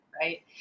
right